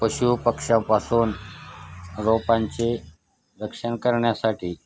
पशुपक्षापासून रोपांचे रक्षण करण्यासाठी